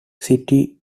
city